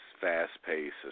fast-paced